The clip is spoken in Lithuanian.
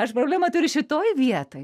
aš problemą turiu šitoj vietoj